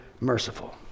merciful